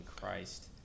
Christ